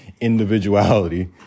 individuality